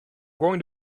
going